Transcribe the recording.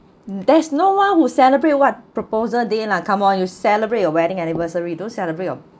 there's no one who celebrate what proposal day lah come on you celebrate your wedding anniversary don't celebrate your